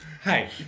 Hey